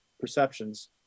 perceptions